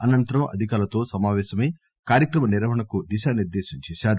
అనంతరం అధికారులతో సమాపేశమై కార్యక్రమ నిర్వహణకు దిశానిర్గేశం చేశారు